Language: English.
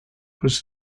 was